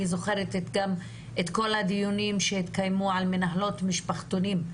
אני זוכרת את כל הדיונים שהתקיימו על מנהלות משפחתונים.